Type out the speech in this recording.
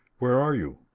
where are you?